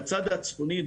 מהצד הצפוני,